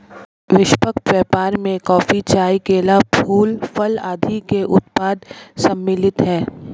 निष्पक्ष व्यापार में कॉफी, चाय, केला, फूल, फल आदि के उत्पाद सम्मिलित हैं